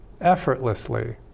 effortlessly